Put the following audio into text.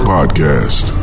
Podcast